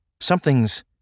something's